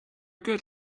good